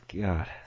God